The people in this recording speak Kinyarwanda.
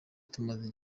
tumaze